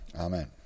Amen